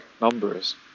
numbers